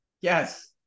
Yes